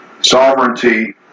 sovereignty